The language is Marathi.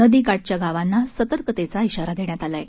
नदी काठच्या गावांना सतर्कतेचा इशारा देण्यात आला आहे